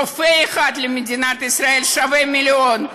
רופא אחד למדינת ישראל שווה מיליון.